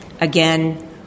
again